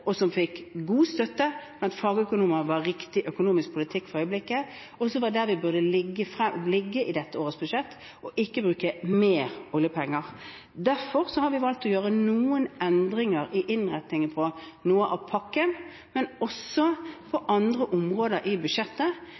riktig økonomisk politikk for øyeblikket, og at det var der vi burde ligge i dette årets budsjett, ikke bruke mer oljepenger. Derfor har vi valgt å gjøre noen endringer i innretningen på noe av pakken, men også på andre områder i budsjettet,